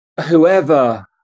whoever